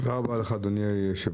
תודה רבה לך, אדוני היושב-ראש.